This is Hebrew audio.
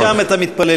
ישימו שם את המתפללים.